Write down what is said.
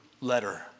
letter